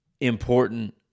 important